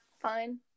Fine